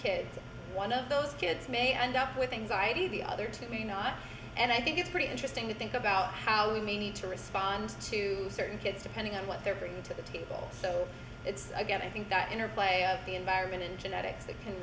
kids one of those kids may end up with anxiety the other to me not and i think it's pretty interesting to think about how we need to respond to certain kids depending on what they're bringing to the table so it's again i think that interview the environment and genetics that can